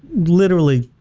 literally,